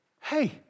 Hey